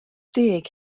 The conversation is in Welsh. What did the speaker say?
deg